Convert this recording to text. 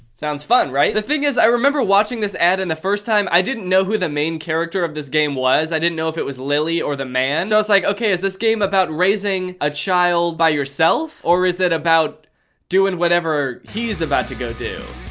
sounds fun right? the thing is i remember watching this ad and the first time i didn't know who the main character of this game was. i didn't know if it was lily or the man. so i was like, okay is this game about raising a child by yourself or is it about doing whatever he is about to go do?